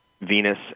Venus